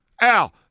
Al